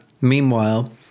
Meanwhile